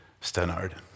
Stenard